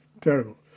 terrible